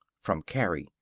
from carrie,